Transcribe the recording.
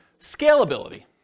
Scalability